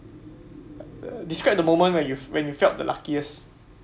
des~ describe the moment when you when you felt the luckiest